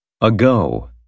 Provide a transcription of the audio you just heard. ago